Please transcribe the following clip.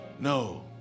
No